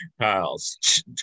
Kyle's